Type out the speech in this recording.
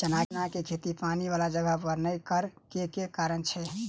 चना केँ खेती पानि वला जगह पर नै करऽ केँ के कारण छै?